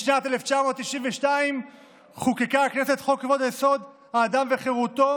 בשנת 1992 חוקקה הכנסת את חוק-יסוד: כבוד האדם וחירותו,